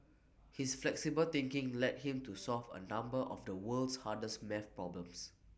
his flexible thinking led him to solve A number of the world's hardest math problems